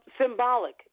symbolic